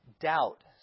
doubt